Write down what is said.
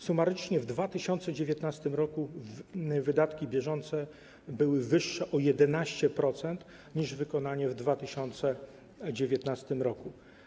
Sumarycznie w 2019 r. wydatki bieżące były wyższe o 11% niż wykonanie w 2019 r.